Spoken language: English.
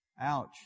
ouch